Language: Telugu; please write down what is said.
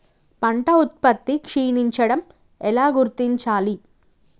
పంట ఉత్పత్తి క్షీణించడం ఎలా గుర్తించాలి?